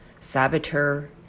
saboteur